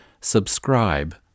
subscribe